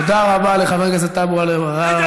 תודה רבה לחבר הכנסת טלב אבו עראר.